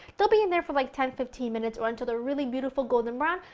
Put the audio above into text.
they'll be in there for like ten fifteen minutes or until they're really beautifully golden brown,